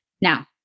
Now